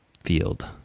field